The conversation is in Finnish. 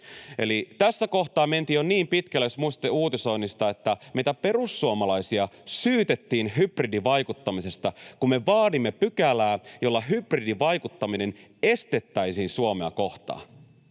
Eli tässä kohtaa mentiin jo niin pitkälle, jos muistatte uutisoinnista, että meitä perussuomalaisia syytettiin hybridivaikuttamisesta, kun me vaadimme pykälää, jolla hybridivaikuttaminen Suomea kohtaan